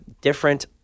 different